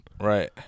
Right